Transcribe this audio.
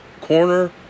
corner